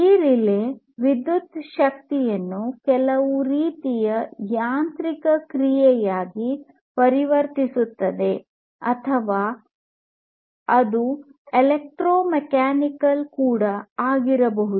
ಈ ರಿಲೇ ವಿದ್ಯುತ್ ಶಕ್ತಿಯನ್ನು ಕೆಲವು ರೀತಿಯ ಯಾಂತ್ರಿಕ ಕ್ರಿಯೆಯಾಗಿ ಪರಿವರ್ತಿಸುತ್ತದೆ ಅಥವಾ ಅದು ಎಲೆಕ್ಟ್ರೋಮೆಕಾನಿಕಲ್ ಕೂಡ ಆಗಿರಬಹುದು